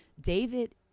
David